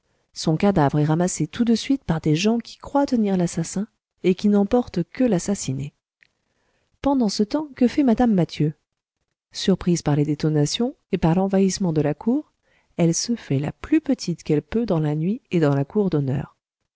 son cadavre est ramassé tout de suite par des gens qui croient tenir l'assassin et qui n'emportent que l'assassiné pendant ce temps que fait mme mathieu surprise par les détonations et par l'envahissement de la cour elle se fait la plus petite qu'elle peut dans la nuit et dans la cour d'honneur